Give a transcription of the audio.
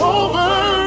over